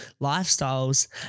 lifestyles